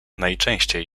najczęściej